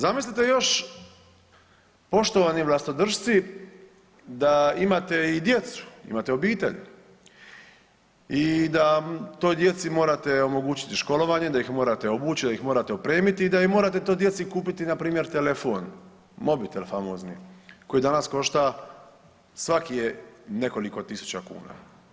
Zamislite još poštovani vlastodršci da imate i djecu, imate obitelj i da toj djeci morate omogućiti školovanje, da ih morate obući, da ih morate opremiti i da morate toj djeci kupiti npr. telefon, mobitel famozni koji danas košta svaki je nekoliko tisuća kuna.